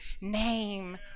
name